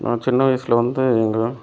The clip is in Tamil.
நான் சின்ன வயசில் வந்து எங்கள்